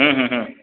हम हम